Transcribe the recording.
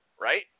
right